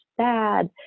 sad